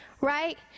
Right